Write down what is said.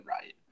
right